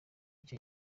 icyo